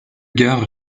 gares